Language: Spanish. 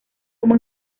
como